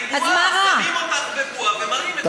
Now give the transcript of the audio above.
זה אומר,